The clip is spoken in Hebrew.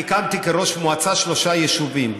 אני הקמתי כראש מועצה שלושה יישובים,